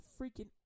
freaking